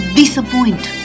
disappoint